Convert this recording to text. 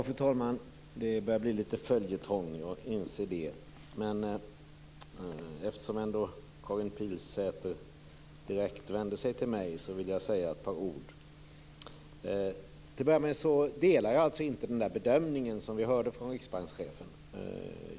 Fru talman! Det börjar bli lite följetong. Jag inser det. Men eftersom Karin Pilsäter vände sig direkt till mig vill jag säga ett par ord. Till att börja delar jag alltså inte den bedömning som vi hörde från riksbankschefen.